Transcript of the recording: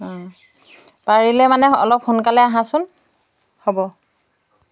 অঁ পাৰিলে মানে অলপ সোনকালে আহাচোন হ'ব